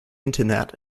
internet